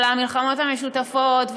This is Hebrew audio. על המלחמות המשותפות,